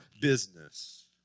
business